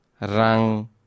rang